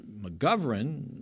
McGovern